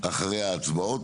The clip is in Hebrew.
אותנו